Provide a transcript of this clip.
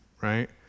right